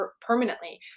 permanently